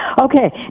Okay